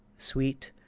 sweet,